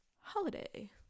Holiday